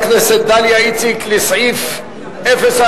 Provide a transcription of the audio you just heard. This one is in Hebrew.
הכנסת דליה איציק לסעיף 040269,